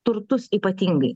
turtus ypatingai